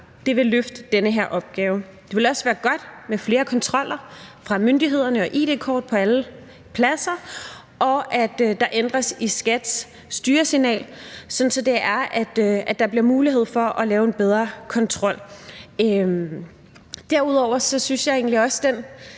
vil løfte den her opgave. Det ville også være godt med flere kontroller fra myndighedernes side og med id-kort på alle pladser, og at der ændres i skatteforvaltningens styresignal, sådan at der bliver mulighed for at lave en bedre kontrol. Derudover synes jeg egentlig også, at den